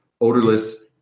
odorless